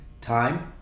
time